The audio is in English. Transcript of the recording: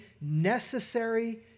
necessary